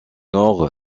nord